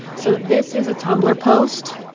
so this is a tumblr post,